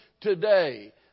today